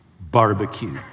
barbecue